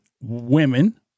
women